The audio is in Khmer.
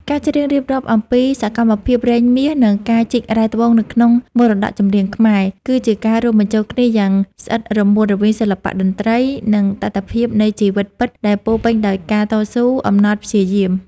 ការច្រៀងរៀបរាប់អំពីសកម្មភាពរែងមាស និងការជីករ៉ែត្បូងនៅក្នុងមរតកចម្រៀងខ្មែរ គឺជាការរួមបញ្ចូលគ្នាយ៉ាងស្អិតរមួតរវាងសិល្បៈតន្ត្រី និងតថភាពនៃជីវិតពិតដែលពោរពេញដោយការតស៊ូអំណត់ព្យាយាម។